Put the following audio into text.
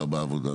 בעבודה.